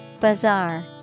Bazaar